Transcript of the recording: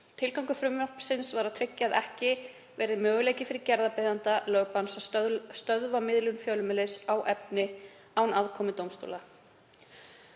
Tilgangur frumvarpsins var að tryggja að ekki yrði möguleiki fyrir gerðarbeiðanda lögbanns að stöðva miðlun fjölmiðils á efni án aðkomu dómstóla.